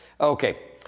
Okay